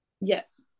Yes